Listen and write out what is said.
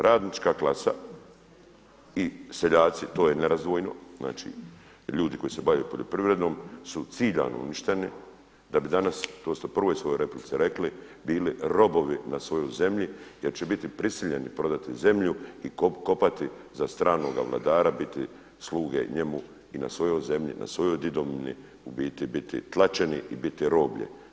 Radnička klasa i seljaci to je nerazdvojno, znači ljudi koji se bave poljoprivredom su ciljano uništeni da bi danas, to ste u prvoj svojoj replici rekli, bili robovi na svojoj zemlji jer će biti prisiljeni prodati zemlju i kopati za stranoga vladara, biti sluge na njemu i na svojoj zemlji, svojoj didovini u biti biti tlačeni i biti roblje.